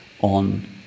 on